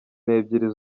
n’ebyiri